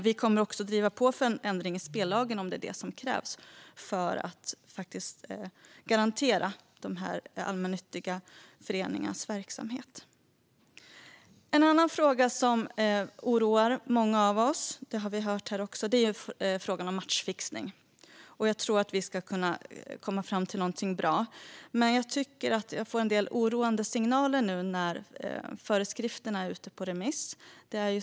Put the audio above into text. Vi kommer också att driva på för en ändring i spellagen om det är det som krävs för att garantera de allmännyttiga föreningarnas verksamhet. En annan fråga som oroar många av oss, vilket vi hört om här, är den om matchfixning. Jag tror att vi ska kunna komma fram till något bra, men jag tycker att det kommer en del oroande signaler nu när föreskrifterna är ute på remiss.